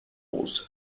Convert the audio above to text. post